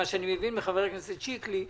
כפי שאני מבין מחבר הכנסת שיקלי,